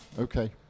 Okay